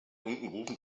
unkenrufen